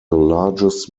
largest